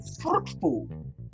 fruitful